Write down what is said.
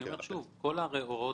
כל ההוראות